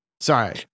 Sorry